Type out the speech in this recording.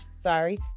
Sorry